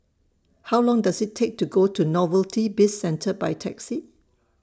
How Long Does IT Take to Go to Novelty Bizcentre By Taxi